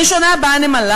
ראשונה באה נמלה.